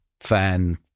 fan